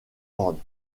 ordre